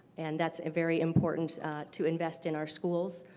and that's very important to invest in our schools.